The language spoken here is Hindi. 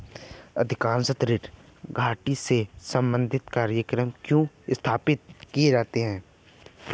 अधिकांशतः ऋण गारंटी से संबंधित कार्यक्रम क्यों स्थापित किए जाते हैं?